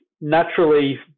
naturally